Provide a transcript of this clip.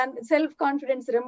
Self-confidence